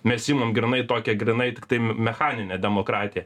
mes imam grynai tokią grynai tiktai mechaninę demokratė